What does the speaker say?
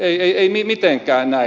ei mitenkään näin